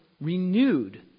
renewed